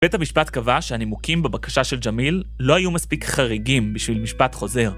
‫בית המשפט קבע שהנימוקים בבקשה של ג'מיל ‫לא היו מספיק חריגים בשביל משפט חוזר.